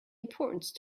importance